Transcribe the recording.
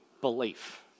belief